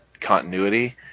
continuity